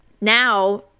Now